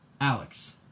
Alex